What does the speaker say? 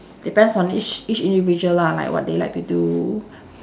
depends on each each individual lah like what they like to do